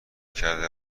کرده